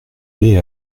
aller